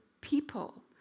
people